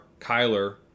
Kyler